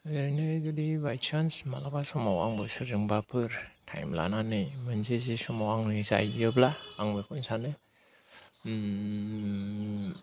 बेहायनो जुदि बायसान्स मालाबा समाव आंबो सोरजोंबाफोर टाइम लानानै मोनसे जे समाव आं जाहैब्ला आं बेखौनो सानो